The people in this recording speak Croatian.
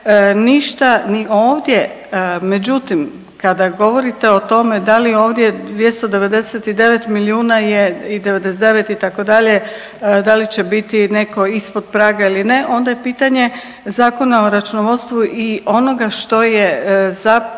ništa ni ovdje. Međutim kada govorite o tome da li ovdje 299 milijuna je i 99 itd. da li će biti neko ispod praga ili ne onda je pitanje Zakona o računovodstvu i onoga što je zapravo